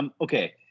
okay